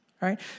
right